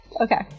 okay